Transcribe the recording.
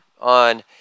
on